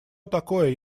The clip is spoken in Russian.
такое